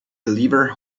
delivered